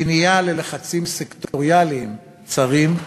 כניעה ללחצים סקטוריאליים צרים,